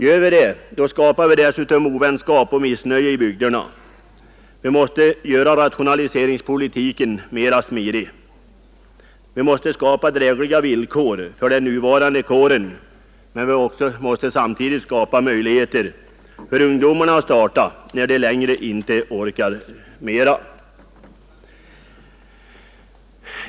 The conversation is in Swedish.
Gör vi det skapar vi dessutom ovänskap och missnöje i glesbygderna. Vi måste göra rationaliseringspolitiken mer smidig. Vi måste skapa drägliga villkor för vår nuvarande kår, men vi måste samtidigt också skapa möjligheter för ungdomarna att starta när de äldre inte orkar längre.